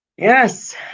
Yes